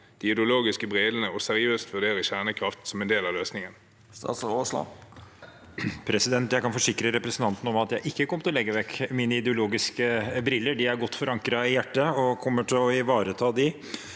de ideologiske brillene og seriøst vurdere kjernekraft som en del av løsningen?» Statsråd Terje Aasland Jeg kan forsikre representanten om at jeg ikke kommer til å legge vekk mine ideologiske briller. De er godt forankret i hjertet, og jeg kommer til å ivareta dem,